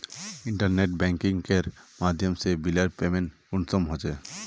Internet banking के माध्यम से बिलेर पेमेंट कुंसम होचे?